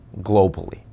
globally